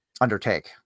undertake